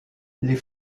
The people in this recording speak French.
les